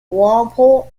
walpole